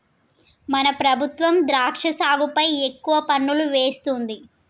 మన ప్రభుత్వం ద్రాక్ష సాగుపై ఎక్కువ పన్నులు వేస్తుంది